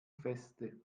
feste